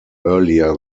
earlier